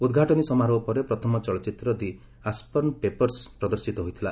ଉଦ୍ଘାଟନୀ ସମାରୋହ ପରେ ପ୍ରଥମ ଚଳଚ୍ଚିତ୍ର ଦି ଆସ୍ୱର୍ନ ପେପର୍ସ ପ୍ରଦର୍ଶିତ ହୋଇଥିଲା